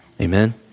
Amen